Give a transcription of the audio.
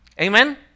Amen